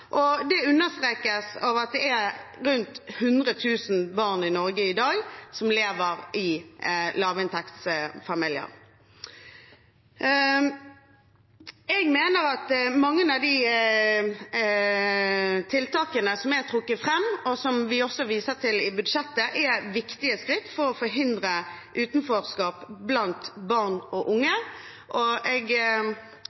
og det understrekes av at det er rundt 100 000 barn i Norge i dag som lever i lavinntektsfamilier. Jeg mener at mange av tiltakene som er trukket fram, og som vi også viser til i budsjettet, er viktige skritt for å forhindre utenforskap blant barn og unge,